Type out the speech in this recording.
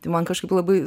tai man kažkaip labai